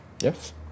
Yes